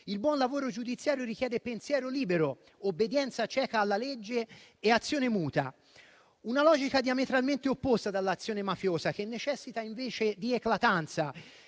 Il buon lavoro giudiziario richiede pensiero libero, obbedienza cieca alla legge e azione muta. Una logica diametralmente opposta dall'azione mafiosa, che necessita invece di eclatanza,